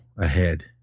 ahead